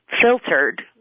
filtered